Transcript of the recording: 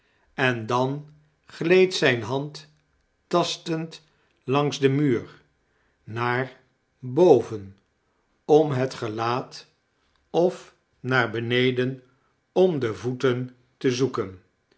en dan gleed zijne hand tastend langs den muur naar boven om het gelaat of naar beneden om de voeten te zoeken